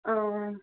हां